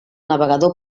navegador